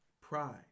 pride